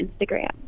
Instagram